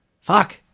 Fuck